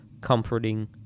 comforting